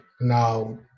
now